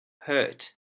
hurt